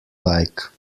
like